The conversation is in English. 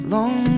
Long